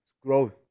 growth